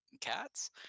cats